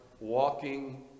walking